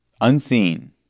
unseen